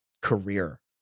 career